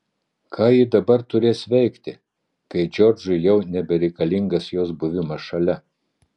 ką ji dabar turės veikti kai džordžui jau nebereikalingas jos buvimas šalia